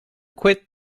quit